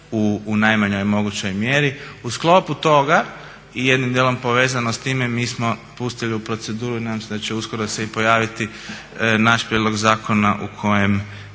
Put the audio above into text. U sklopu toga i jednim dijelom povezano s time mi smo pustili u proceduru i nadam se da će uskoro se i pojaviti naš prijedlog zakona u kojem